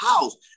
house